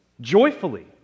joyfully